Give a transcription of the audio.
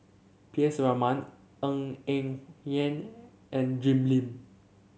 P S Raman Ng Eng Hen and Jim Lim